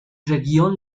region